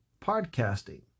podcasting